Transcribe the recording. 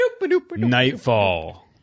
Nightfall